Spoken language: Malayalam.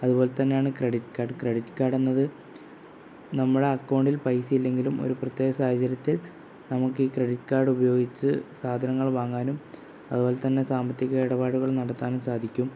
അതുപോലെ തന്നെയാണ് ക്രെഡിറ്റ് കാർഡ് ക്രെഡിറ്റ് കാർഡ് എന്നത് നമ്മുടെ അക്കൗണ്ടിൽ പൈസ ഇല്ലെങ്കിലും ഒരു പ്രത്യേക സാഹചര്യത്തിൽ നമുക്ക് ഈ ക്രെഡിറ്റ് കാർഡ് ഉപയോഗിച്ചു സാധനങ്ങൾ വാങ്ങാനും അതുപോലെ തന്നെ സാമ്പത്തിക ഇടപാടുകൾ നടത്താനും സാധിക്കും